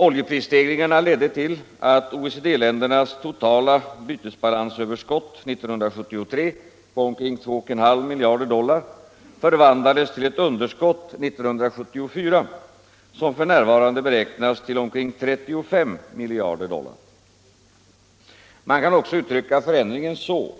Oljeprisstegringarna ledde till att OECD-ländernas totala bytesbalansöverskott 1973 på omkring 2,5 miljarder dollar förvandlades till ett underskott 1974 som f.n. beräknas till omkring 35 miljarder dollar. Man kan också uttrycka förändringen så